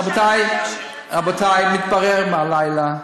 רבותי, מתברר מהלילה,